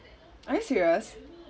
are you serious